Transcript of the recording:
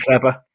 clever